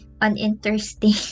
uninteresting